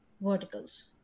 verticals